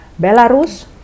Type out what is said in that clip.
Belarus